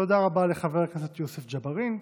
תודה רבה לחבר הכנסת יוסף ג'בארין.